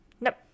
nope